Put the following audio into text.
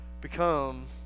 become